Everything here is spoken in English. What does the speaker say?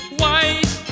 white